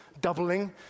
doubling